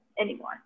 anymore